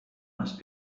must